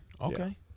Okay